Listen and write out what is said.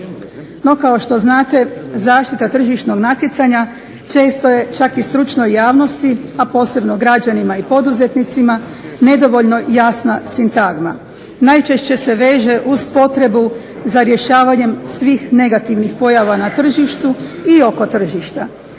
kao što znate zaštita tržišnog natjecanja često je čak i stručnoj javnosti a posebno građanima i poduzetnicima nedovoljno jasna sintagma. Najčešće se veže uz potrebu za rješavanjem svih negativnih pojava na tržištu i oko tržišta.